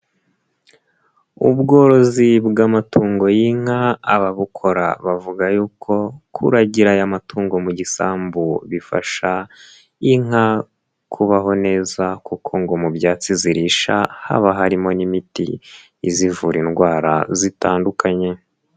Ubworozi bw'amatungo y'inka ababukora bavuga yuko kuragira aya matungo mu gisambu bifasha inka kubaho neza kuko ngo mu byatsi zirisha haba harimo n'imiti izivura indwara zitandukanye.